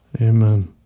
Amen